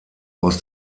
aus